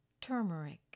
turmeric